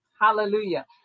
Hallelujah